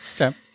Okay